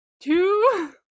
Two